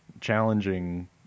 challenging